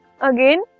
again